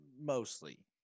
Mostly